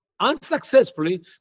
unsuccessfully